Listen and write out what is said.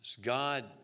God